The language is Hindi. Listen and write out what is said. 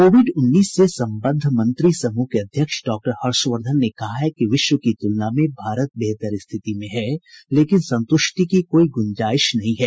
कोविड उन्नीस से सम्बद्ध मंत्री समूह के अध्यक्ष डॉक्टर हर्षवर्धन ने कहा है कि विश्व की तुलना में भारत बेहतर स्थिति में हैं लेकिन संतुष्टि की कोई गुंजाइश नहीं हैं